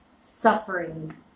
suffering